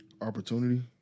Opportunity